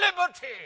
liberty